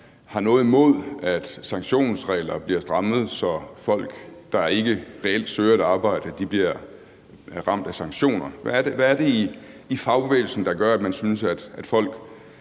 har noget imod, at sanktionsregler bliver strammet, så folk, der ikke reelt søger et arbejde, bliver ramt af sanktioner? Hvad er det i fagbevægelsen, der gør, at man synes, at folk